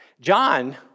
John